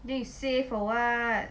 then you say for what